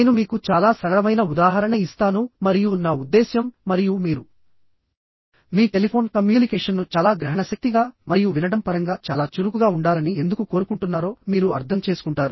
నేను మీకు చాలా సరళమైన ఉదాహరణ ఇస్తాను మరియు నా ఉద్దేశ్యం మరియు మీరు మీ టెలిఫోన్ కమ్యూనికేషన్ను చాలా గ్రహణశక్తిగా మరియు వినడం పరంగా చాలా చురుకుగా ఉండాలని ఎందుకు కోరుకుంటున్నారో మీరు అర్థం చేసుకుంటారు